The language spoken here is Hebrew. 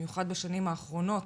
במיוחד בשנים האחרונות,